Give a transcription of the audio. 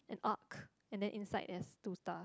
an ark and then inside there's two stars